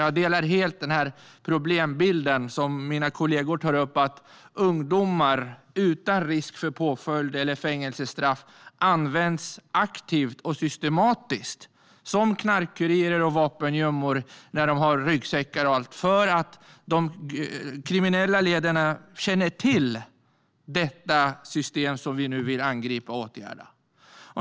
Jag delar helt den problembild mina kollegor tar upp när det gäller att ungdomar, utan risk för påföljd eller fängelsestraff, används aktivt och systematiskt som knarkkurirer och vapengömmor när de har ryggsäckar och allt. De kriminella ledarna känner nämligen till det system vi nu vill angripa och åtgärda.